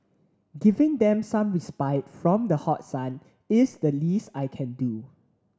giving them some respite from the hot sun is the least I can do